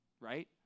right